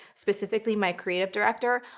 specifically my creative director,